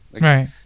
Right